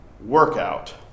workout